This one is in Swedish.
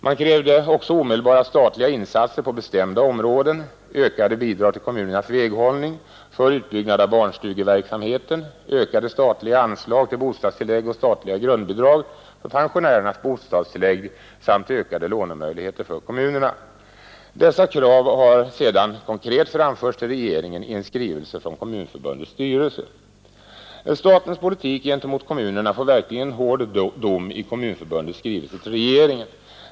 Man krävde också omedelbara statliga insatser på bestämda områden: ökade bidrag till kommunernas väghållning och för utbyggnad av barnstugeverksamheten, ökade statliga anslag till bostadstillägg och statliga grundbidrag för pensionärernas bostadstillägg samt ökade lånemöjligheter för kommunerna. Dessa krav har ju sedan konkret framförts till regeringen i en skrivelse från Kommunförbundets styrelse. Statens politik gentemot kommunerna får verkligen en hård dom i Kommunförbundets skrivelse till regeringen.